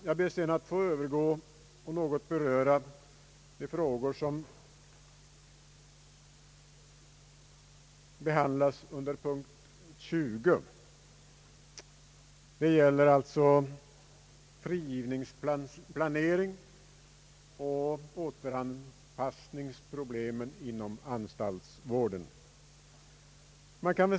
Jag ber att sedan få övergå till att något beröra de frågor som behandlats under punkt 20. Det gäller alltså frigivningsplaneringen och återanpassningsproblemen inom <anstaltsvården.